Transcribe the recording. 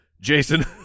Jason